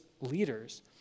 leaders